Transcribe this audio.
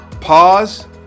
Pause